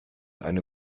eine